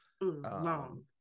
Long